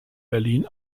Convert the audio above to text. berlin